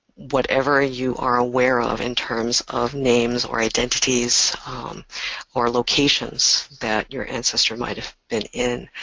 whatever you are aware of in terms of names or identities or locations that your ancestor might have been in,